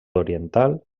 oriental